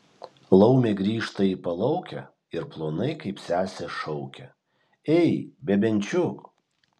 laumė grįžta į palaukę ir plonai kaip sesė šaukia ei bebenčiuk